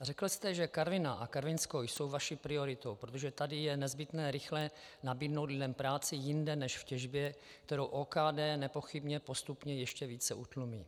Řekl jste, že Karviná a Karvinsko jsou vaší prioritou, protože tady je nezbytné rychle nabídnout lidem práci jinde než v těžbě, kterou OKD nepochybně postupně ještě více utlumí.